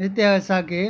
हिते असांखे